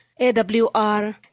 AWR